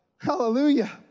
Hallelujah